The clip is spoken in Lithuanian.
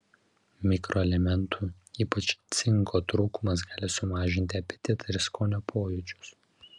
mikroelementų ypač cinko trūkumas gali sumažinti apetitą ir skonio pojūčius